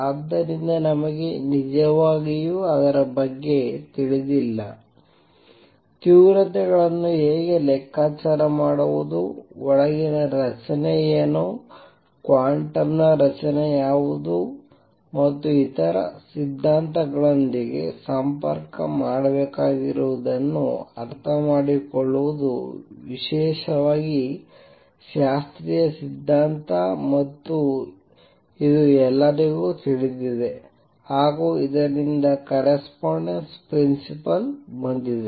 ಆದ್ದರಿಂದ ನಮಗೆ ನಿಜವಾಗಿಯೂ ಅದರ ಬಗ್ಗೆ ತಿಳಿದಿಲ್ಲ ತೀವ್ರತೆಗಳನ್ನು ಹೇಗೆ ಲೆಕ್ಕಾಚಾರ ಮಾಡುವುದು ಒಳಗಿನ ರಚನೆ ಏನು ಕ್ವಾಂಟಮ್ ರಚನೆ ಯಾವುದು ಮತ್ತು ಇತರ ಸಿದ್ಧಾಂತಗಳೊಂದಿಗೆ ಸಂಪರ್ಕ ಮಾಡಬೇಕಾಗಿರುವುದನ್ನು ಅರ್ಥಮಾಡಿಕೊಳ್ಳುವುದು ವಿಶೇಷವಾಗಿ ಶಾಸ್ತ್ರೀಯ ಸಿದ್ಧಾಂತ ಮತ್ತು ಇದು ಎಲ್ಲರಿಗೂ ತಿಳಿದಿದೆ ಹಾಗೂ ಇದರಿಂದ ಕರಸ್ಪಾಂಡೆನ್ಸ್ ಪ್ರಿನ್ಸಿಪಲ್ ಬಂದಿದೆ